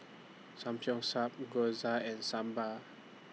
Samgeyopsal Gyoza and Sambar